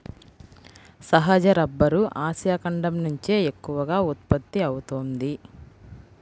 సహజ rubber Asia ఖండం నుంచే ఎక్కువగా ఉత్పత్తి అవుతోంది